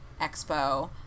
Expo